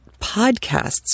podcasts